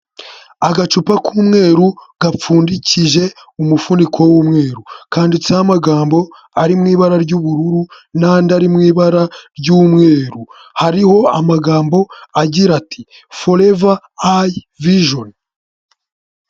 Agacupa k'umweru kapfundikije umufuniko w'umweru kanditseho amagambo ari mu ibara ry'ubururu n'andi ari mu ibara ry'umweru hariho amagambo agira ati forever iVision.